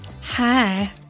Hi